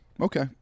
okay